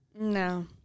No